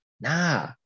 nah